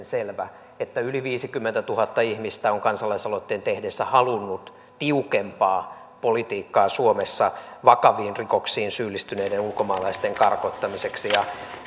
selvä yli viisikymmentätuhatta ihmistä on kansalaisaloitteen tehdessään halunnut tiukempaa politiikkaa suomessa vakaviin rikoksiin syyllistyneiden ulkomaalaisten karkottamiseksi